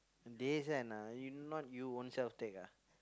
they send ah you not you ownself take ah